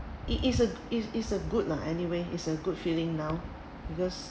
it is a it's it's a good lah anyway is a good feeling now because